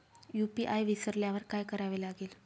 UPI विसरल्यावर काय करावे लागेल?